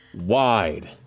wide